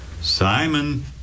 Simon